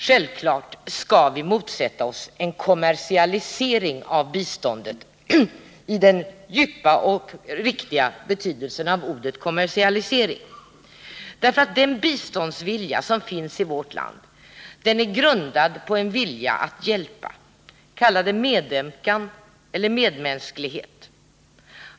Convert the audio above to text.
Självfallet skall vi motsätta oss en kommersialisering av biståndet, i den djupa och riktiga betydelsen av ordet kommersialisering. Den biståndsvilja som finns i vårt land är grundad på en vilja att hjälpa — vi kan också kalla det medömkan eller medmänsklighet.